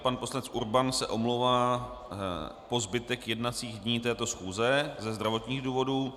Pan poslanec Urban se omlouvá po zbytek jednacích dní této schůze ze zdravotních důvodů.